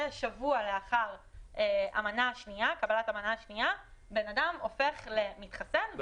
ששבוע לאחר קבלת המנה השנייה בן אדם הופך למתחסן,